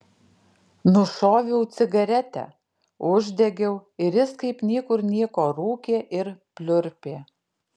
nušoviau cigaretę uždegiau ir jis kaip niekur nieko rūkė ir pliurpė